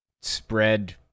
spread